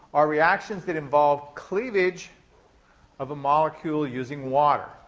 are reactions that involve cleavage of a molecule using water.